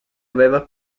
aveva